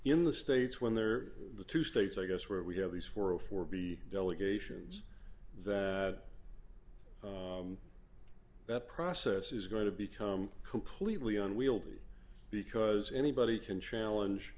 in the states when they're the two states i guess where we have these four or four b delegations that that process is going to become completely unwieldy because anybody can challenge